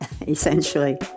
Essentially